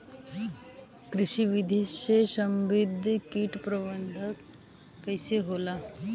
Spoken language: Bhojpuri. कृषि विधि से समन्वित कीट प्रबंधन कइसे होला?